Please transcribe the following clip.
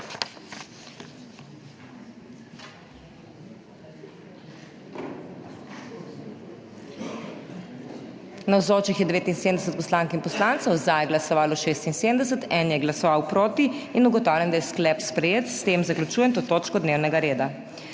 Navzočih je 79 poslank in poslancev, za je glasovalo 76, proti 1. (Za je glasovalo 76.) (Proti 1.) Ugotavljam, da je sklep sprejet. S tem zaključujem to točko dnevnega reda.